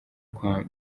kwa